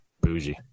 Bougie